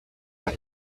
are